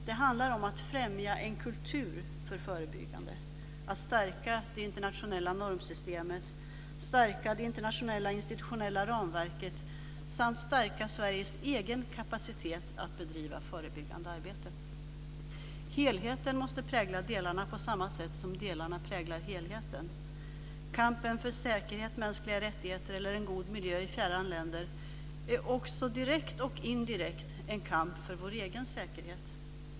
Det handlar om att främja en kultur för det förebyggande arbetet, att stärka det internationella normsystemet, att stärka det internationella institutionella ramverket och att stärka Sveriges egen kapacitet att bedriva förebyggande arbete. Helheten måste prägla delarna på samma sätt som delarna präglar helheten. Kampen för säkerhet, mänskliga rättigheter eller en god miljö i fjärran länder är också direkt och indirekt en kamp för vår egen säkerhet.